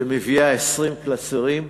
שמביאה 20 קלסרים,